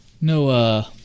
no